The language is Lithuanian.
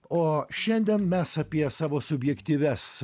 o šiandien mes apie savo subjektyvias